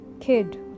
kid